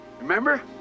remember